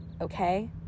okay